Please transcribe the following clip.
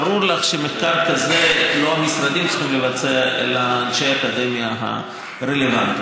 ברור לך שמחקר כזה לא המשרדים צריכים לבצע אלא אנשי האקדמיה הרלוונטיים.